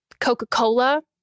Coca-Cola